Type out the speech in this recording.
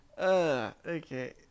Okay